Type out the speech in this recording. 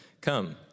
Come